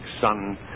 sun